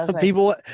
People